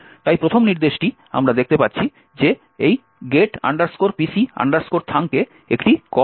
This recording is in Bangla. তাই প্রথম নির্দেশটি আমরা দেখতে পাচ্ছি যে এই get pc thunk এ একটি কল আছে